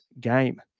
game